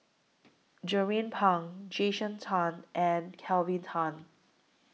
Jernnine Pang Jason Chan and Kelvin Tan